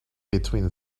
between